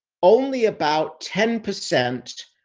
only about ten percent,